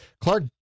Clark